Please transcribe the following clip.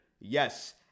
Yes